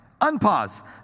Unpause